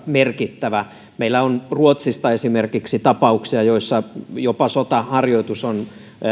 merkittävä meillä on ruotsista esimerkkinä tapauksia joissa jopa sotaharjoitus on